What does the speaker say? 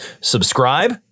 subscribe